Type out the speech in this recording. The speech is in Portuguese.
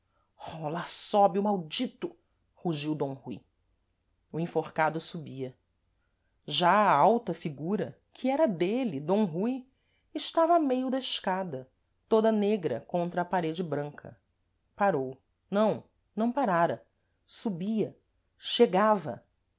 lá sobe o maldito rugiu d rui o enforcado subia já a alta figura que era dêle d rui estava a meio da escada toda negra contra a parede branca parou não não parara subia chegava